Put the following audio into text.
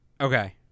Okay